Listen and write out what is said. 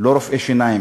לא רופאי שיניים,